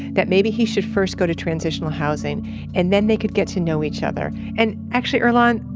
that maybe he should first go to transitional housing and then they could get to know each other. and actually earlonne,